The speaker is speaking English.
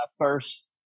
first